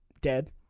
dead